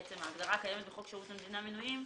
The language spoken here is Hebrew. ההגדרה הקיימת בחוק שירות המדינה (מינויים)